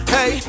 Hey